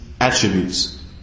attributes